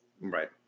right